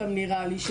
גם נראה לי,